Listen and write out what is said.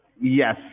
Yes